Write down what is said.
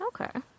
Okay